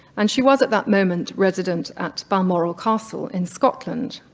and she was at that moment resident at balmoral castle in scotland.